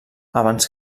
abans